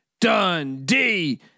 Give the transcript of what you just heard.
Dundee